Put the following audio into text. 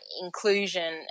inclusion